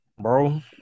Bro